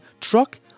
truck